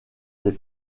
des